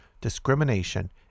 discrimination